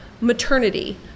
maternity